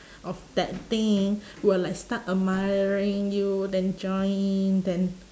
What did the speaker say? of that thing will like start admiring you then join in then